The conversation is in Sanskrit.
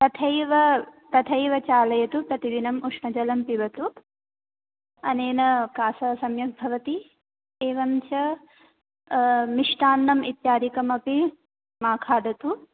तथैव तथैव चालयतु प्रतिदिनम् उष्णजलं पिबतु अनेन कासः सम्यक् भवति एवं च मिष्टान्नम् इत्यादिकम् अपि मा खादतु